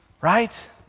Right